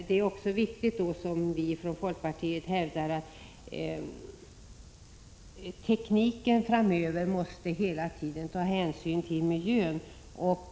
Det är också viktigt, som vi från folkpartiet hävdar, att tekniken framöver hela tiden måste ta hänsyn till miljön.